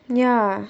ya